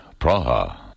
Praha